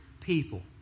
people